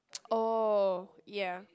oh yeah